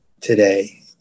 today